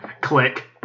Click